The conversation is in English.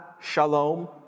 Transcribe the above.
shalom